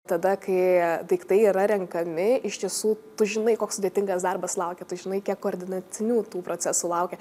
tada kai daiktai yra renkami iš tiesų tu žinai koks sudėtingas darbas laukia tu žinai kiek koordinacinių tų procesų laukia